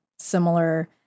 similar